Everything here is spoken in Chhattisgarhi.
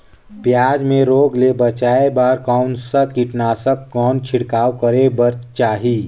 पियाज मे रोग ले बचाय बार कौन सा कीटनाशक कौन छिड़काव करे बर चाही?